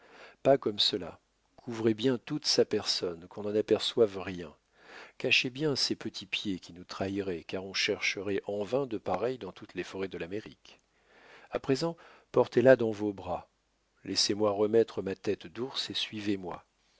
pas comme cela couvrez bien toute sa personne qu'on n'en aperçoive rien cachez bien ces petits pieds qui nous trahiraient car on en chercherait en vain de pareils dans toutes les forêts de l'amérique à présent portez la dans vos bras laissez-moi remettre ma tête d'ours et suivez-moi